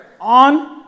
on